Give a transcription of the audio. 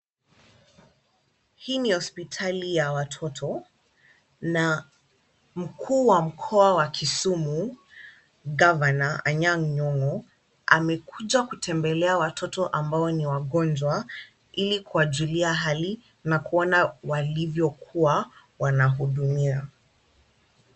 Hii ni hospitali ya watoto na mkuu wa mkoa wa Kisumu gavana Anyango Nyong'o amekuja kutembelea watoto ambao ni wagonjwa ili kuwajulia hali na kuona walivyokuwa wanahudumiwa.